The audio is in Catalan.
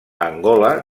angola